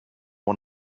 one